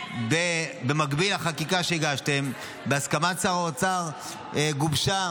במקביל לחקיקה שהגשתם, בהסכמת שר האוצר גובשה